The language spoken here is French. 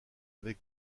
avec